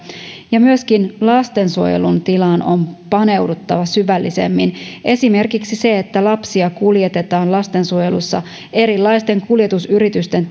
ja myöskin lastensuojelun tilaan on paneuduttava syvällisemmin esimerkiksi se että lapsia kuljetetaan lastensuojelussa erilaisten kuljetusyritysten